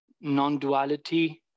non-duality